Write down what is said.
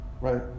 right